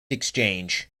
exchange